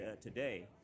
today